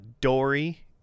Dory